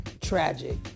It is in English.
tragic